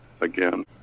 again